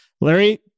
Larry